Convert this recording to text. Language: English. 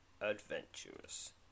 adventurous